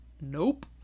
nope